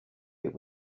this